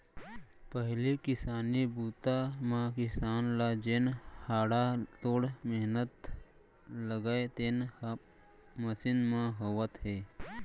पहिली किसानी बूता म किसान ल जेन हाड़ा तोड़ मेहनत लागय तेन ह मसीन म होवत हे